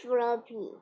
Floppy